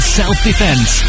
self-defense